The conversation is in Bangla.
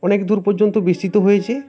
অনেক দূর পর্যন্ত বিস্তৃত হয়েছে